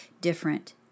different